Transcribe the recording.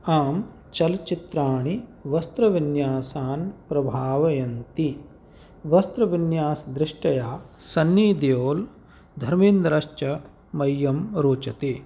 आम् चलचित्राणि वस्त्रविन्यासान् प्रभावयन्ति वस्त्रविन्यासदृष्ट्या सन्निदियोल् धर्मेन्द्रश्च मह्यं रोचते